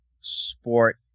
sport